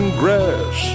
grass